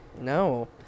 No